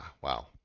wow